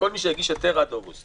לכל מי שהגיש היתר עד אוגוסט.